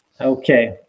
Okay